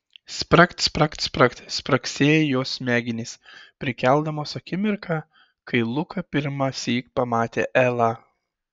spragt spragt spragt spragsėjo jos smegenys prikeldamos akimirką kai luka pirmąsyk pamatė elą